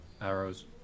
arrows